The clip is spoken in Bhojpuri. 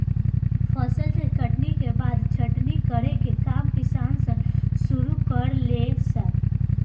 फसल के कटनी के बाद छटनी करे के काम किसान सन शुरू करे ले सन